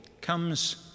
comes